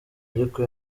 ariko